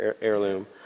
heirloom